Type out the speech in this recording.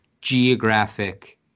geographic